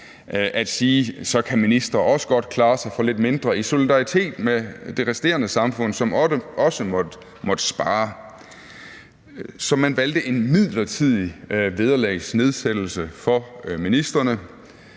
at sige, at så kan ministre også godt klare sig for lidt mindre, i solidaritet med det resterende samfund, som også måtte spare. Så man valgte en midlertidig vederlagsnedsættelse for ministrene.